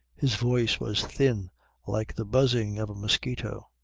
his voice was thin like the buzzing of a mosquito.